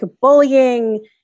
bullying